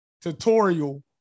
tutorial